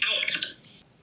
outcomes